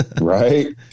right